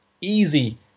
easy